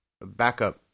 backup